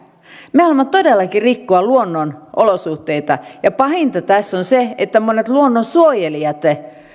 me haluamme todellakin rikkoa luonnon olosuhteita ja pahinta tässä on se että monet luonnonsuojelijat